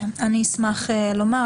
אני אשמח לומר.